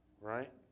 Right